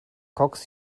cox